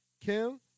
Kim